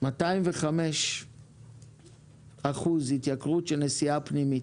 - התייקרות בגובה של 205 אחוזים בנסיעה פנימית.